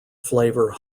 flavour